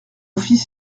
fils